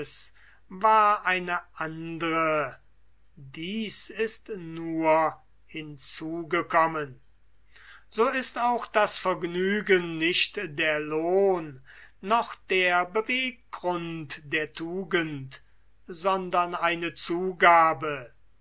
war eine andre dies ist hinzugekommen so ist auch das vergnügen nicht der lohn noch der beweggrund der tugend sondern eine zugabe